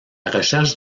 recherche